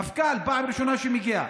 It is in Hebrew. מפכ"ל, פעם ראשונה שהוא מגיע.